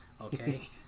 okay